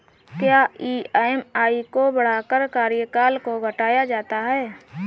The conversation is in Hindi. क्या ई.एम.आई को बढ़ाकर कार्यकाल को घटाया जा सकता है?